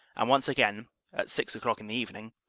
and once again, at six o'clock in the evening,